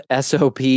SOP